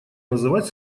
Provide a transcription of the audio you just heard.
называть